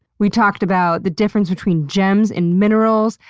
we talked about the difference between gems and minerals,